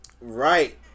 Right